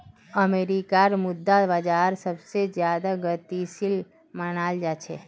अमरीकार मुद्रा बाजार सबसे ज्यादा गतिशील मनाल जा छे